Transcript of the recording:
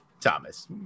Thomas